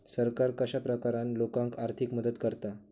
सरकार कश्या प्रकारान लोकांक आर्थिक मदत करता?